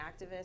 activist